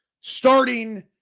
starting